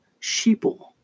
sheeple